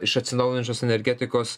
iš atsinaujinančios energetikos